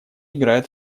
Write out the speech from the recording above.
играют